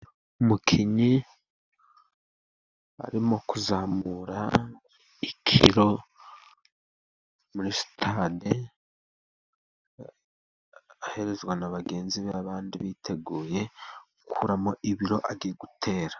Umukinnyi arimo kuzamura ikiro muri sitade aherezwa na bagenzi be, abandi biteguye gukuramo ibiro agiye gutera.